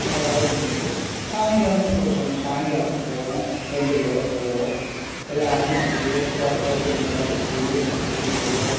நல்லாவும் இருக்கும் சாயங்காலமும் ஒரு சமயம் சாயங்காலமும் போவோம் ஃப்ரெண்டுகளோடு போவோம் எல்லாேரும் அப்படியே தோட்டத்தை ரெண்டு தடவை அப்படியே சுற்றி சுற்றி வருவோம்